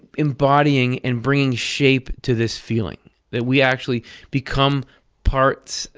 embodying and bringing shape to this feeling. that we actually become parts.